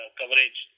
coverage